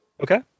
Okay